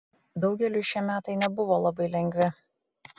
daugeliui šie metai nebuvo labai lengvi